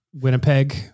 Winnipeg